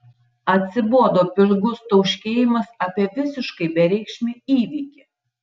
atsibodo pigus tauškėjimas apie visiškai bereikšmį įvykį